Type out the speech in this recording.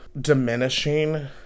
diminishing